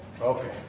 Okay